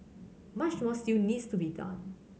much more still needs to be done